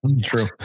True